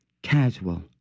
Casual